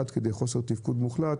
עד כדי חוסר תפקוד מוחלט.